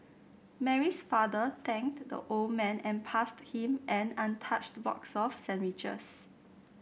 Mary's father thanked the old man and passed him an untouched box of sandwiches